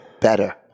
better